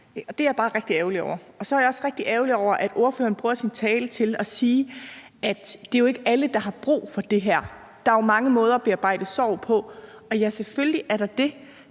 Det er jeg bare rigtig ærgerlig over. Så er jeg også rigtig ærgerlig over, at ordføreren bruger sin tale til at sige, at det jo ikke er alle, der har brug for det her, og at der er mange måder at bearbejde sorg på. Ja, selvfølgelig er der det,